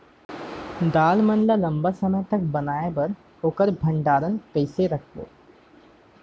दाल मन ल लम्बा समय तक बनाये बर ओखर भण्डारण कइसे रखबो?